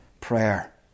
prayer